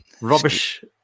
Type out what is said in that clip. Rubbish